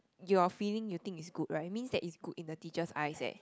your feeling you think it's good right means that it's good in the teacher's eyes eh